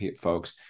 folks